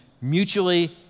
mutually